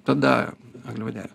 tada angliavadenių